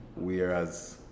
Whereas